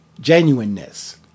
genuineness